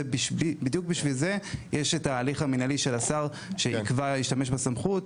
בדיוק בשביל זה יש את ההליך המנהלי של השר ויקבע אם ישתמש בסמכות,